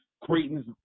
Creighton's